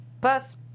Plus